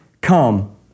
come